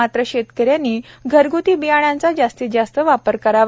मात्र शेतकऱ्यांनी घरघ्ती बियाण्यांचा जास्तीत जास्त वापर करावा